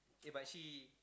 k but she